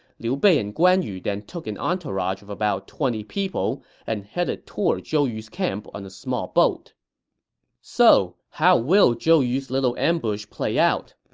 liu bei and guan yu then took an entourage of about twenty people and headed toward zhou yu's camp on a small boat so how will zhou yu's little ambush play out?